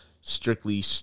strictly